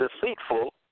deceitful